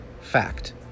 Fact